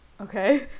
Okay